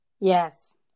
Yes